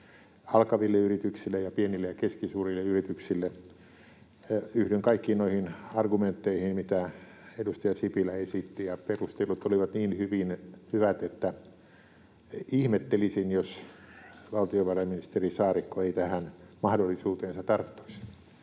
alkaville yrityksille ja pienille ja keskisuurille yrityksille. Yhdyn kaikkiin noihin argumentteihin, mitä edustaja Sipilä esitti, ja perustelut olivat niin hyvät, että ihmettelisin, jos valtiovarainministeri Saarikko ei tähän mahdollisuuteen tarttuisi.